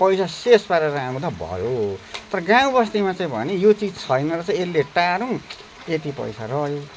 पैसा शेष पारेर हामीलाई भयो तर गाउँबस्तीमा चाहिँ भने यो चिज छैन रहेछ यसले टारौँ यति पैसा रह्यो